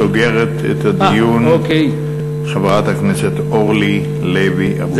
סוגרת את הדיון חברת הכנסת אורלי לוי אבקסיס.